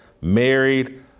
married